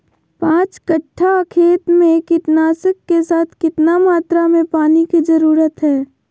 पांच कट्ठा खेत में कीटनाशक के साथ कितना मात्रा में पानी के जरूरत है?